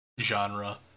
genre